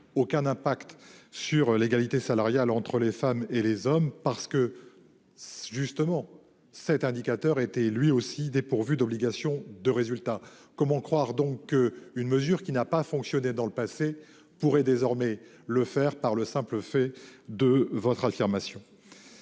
aucun impact sur l'égalité salariale entre les femmes et les hommes parce que. Justement, cet indicateur était lui aussi dépourvu d'obligation de résultat. Comment croire donc une mesure qui n'a pas fonctionné dans le passé pourrait désormais le faire par le simple fait de votre affirmation.